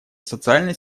социальной